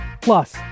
Plus